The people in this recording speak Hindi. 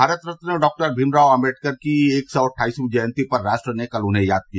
भारत रत्न डॉक्टर भीमराव आम्बेडकर की एक अट्ठाईसवीं जयंती पर राष्ट्र कल उन्हें याद किया